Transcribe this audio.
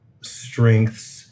strengths